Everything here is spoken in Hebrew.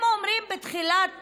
הם אומרים בתחילת